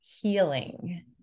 healing